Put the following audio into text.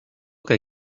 que